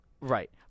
Right